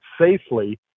safely